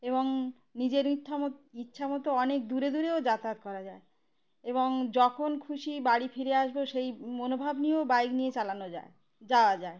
এবং নিজের ইত্থা মতো ইচ্ছা মতো অনেক দূরে দূরেও যাতায়াত করা যায় এবং যখন খুশি বাড়ি ফিরে আসব সেই মনোভাব নিয়েও বাইক নিয়ে চালানো যায় যাওয়া যায়